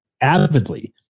avidly